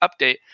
update